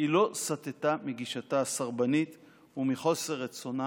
היא לא סטתה מגישתה הסרבנית ומחוסר רצונה